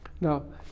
Now